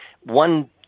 one